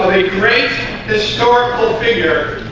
great historical figure